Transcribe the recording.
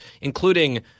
including